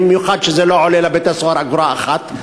במיוחד שזה לא עולה לבית-הסוהר אגורה אחת,